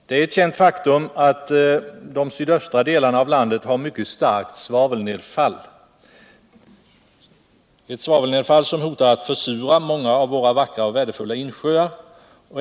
Det är ett känt faktum att de sydöstra delarna av landet har mycket starkt svavelnedfall som hotar att försura många av våra vackra och värdefulla insjöar.